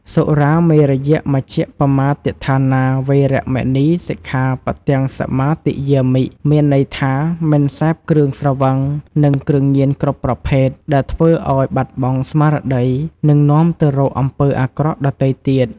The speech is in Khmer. សុរាមេរយមជ្ជប្បមាទដ្ឋានា វេរមណី សិក្ខាបទំ សមាទិយាមិ មានន័យថា មិនសេពគ្រឿងស្រវឹង និងគ្រឿងញៀនគ្រប់ប្រភេទ ដែលធ្វើឲ្យបាត់បង់ស្មារតី និងនាំទៅរកអំពើអាក្រក់ដទៃទៀត។